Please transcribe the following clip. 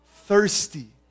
thirsty